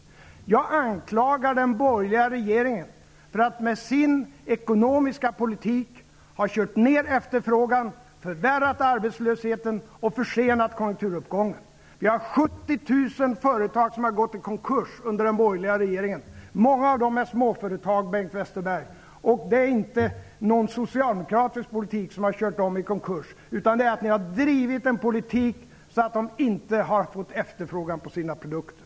Jag anklagar den borgerliga regeringen för att med sin ekonomiska politik ha drivit ner efterfrågan, förvärrat arbetslösheten och försenat konjunkturuppgången. Det är 70 000 företag som har gått i konkurs under den borgerliga regeringstiden. Många av dessa företag är småföretag, Bengt Westerberg, och det är inte någon socialdemokratisk politik som har drivit dem i konkurs. Men med den politik som ni har fört har de inte fått någon efterfrågan på sina produkter.